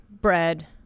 bread